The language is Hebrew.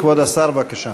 כבוד השר, בבקשה.